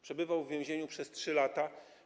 Przebywał w więzieniu przez 3 lata.